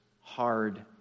hard